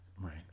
Right